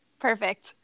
Perfect